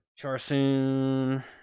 Charsoon